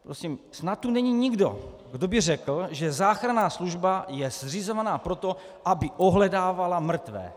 Prosím, snad tu není nikdo, kdo by řekl, že záchranná služba je zřizovaná proto, aby ohledávala mrtvé.